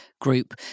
group